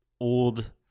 old